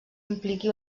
impliqui